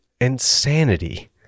insanity